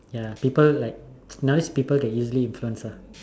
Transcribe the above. ya people like nowadays people get easily influenced ah